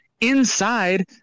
inside